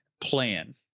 plan